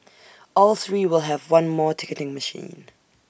all three will have one more ticketing machine